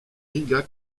riga